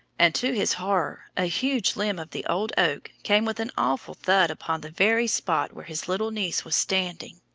and, to his horror, a huge limb of the old oak came with an awful thud upon the very spot where his little niece was standing.